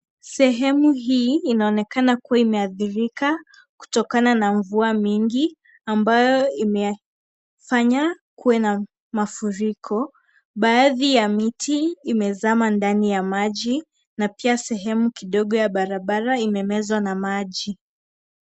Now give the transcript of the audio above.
Sehemu hii inaonekana kuwa imeathirika kutokana na mvua mingi, ambayo imefanya kuwe na mafuriko. Baadhi ya mti imezama ndani ya maji, na pia sehemu kidogo ya barabara imemezwa na maji.